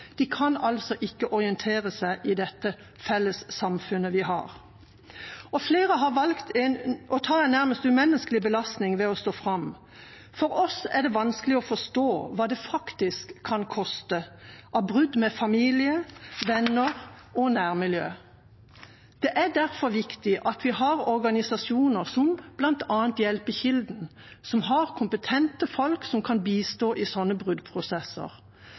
De kan altså ikke orientere seg i det felles samfunnet vi har. Og flere har valgt å ta en nærmest umenneskelig belastning ved å stå fram. For oss er det vanskelig å forstå hva det faktisk kan koste av brudd med familier, venner og nærmiljø. Det er derfor viktig at vi har organisasjoner som bl.a. Hjelpekilden, som har kompetente folk som kan bistå i sånne bruddprosesser.